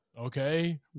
okay